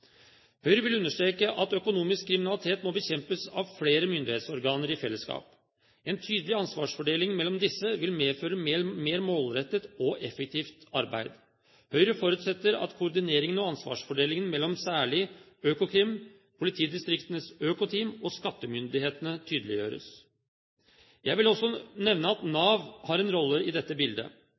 Høyre vil understreke at økonomisk kriminalitet må bekjempes av flere myndighetsorganer i fellesskap. En tydelig ansvarsfordeling mellom disse vil medføre mer målrettet og effektivt arbeid. Høyre forutsetter at koordineringen og ansvarsfordelingen mellom særlig Økokrim, politidistriktenes økoteam og skattemyndighetene tydeliggjøres. Jeg vil også nevne at Nav har en rolle i dette bildet.